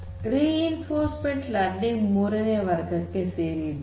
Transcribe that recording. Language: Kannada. ರಿಇನ್ಫೋರ್ಸ್ಮೆಂಟ್ ಲರ್ನಿಂಗ್ ಮೂರನೆಯ ವರ್ಗಕ್ಕೆ ಸೇರಿದ್ದು